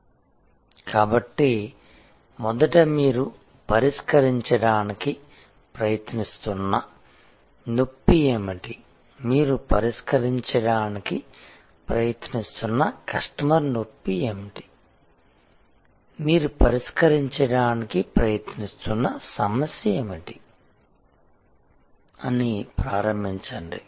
png కాబట్టి మొదట మీరు పరిష్కరించడానికి ప్రయత్నిస్తున్న నొప్పి ఏమిటి మీరు పరిష్కరించడానికి ప్రయత్నిస్తున్న కస్టమర్ నొప్పి ఏమిటి మీరు పరిష్కరించడానికి ప్రయత్నిస్తున్న సమస్య ఏమిటి అని ప్రారంభించండి